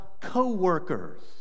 co-workers